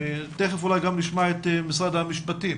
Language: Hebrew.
תכף נשמע את משרד המשפטים